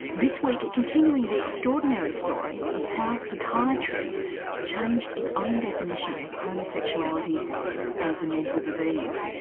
this week, continuing the extraordinary story of how psychiatry changed its own definition of homosexuality as a mental disease.